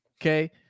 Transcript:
Okay